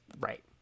right